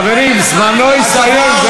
חברים, זמנו הסתיים.